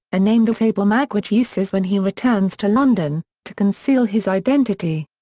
a name that abel magwitch uses when he returns to london, to conceal his identity.